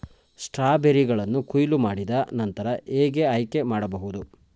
ಸ್ಟ್ರಾಬೆರಿಗಳನ್ನು ಕೊಯ್ಲು ಮಾಡಿದ ನಂತರ ಹೇಗೆ ಆಯ್ಕೆ ಮಾಡಬಹುದು?